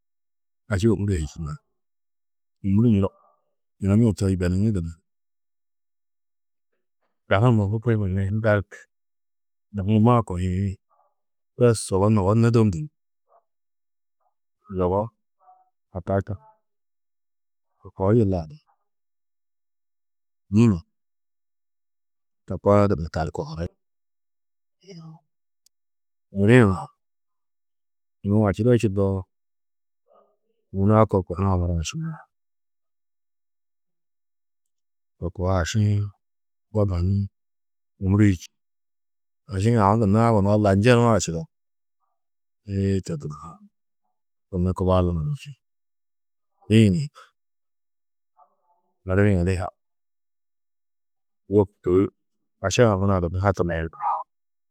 Aši ômuree, ômuri muro yunu turo yibenĩ gunna, dahu numa, dahu numma kohuĩ bes oor numma ôwonni nôdom ndini. Zogo koo yila du nîŋi to koo gunna kal kohuri. Gudi-ĩ ašido čindoo, yunu o kor kohurã muro ašinaar. Yo koo aši-ĩ mbo mannu ômuri-ĩ su čî. Aši-ĩ aũ gunna gunú alla njeno ašido. kubo alla-ã du čî. wôku aši haŋurã.